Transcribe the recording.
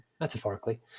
Metaphorically